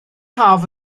haf